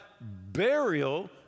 burial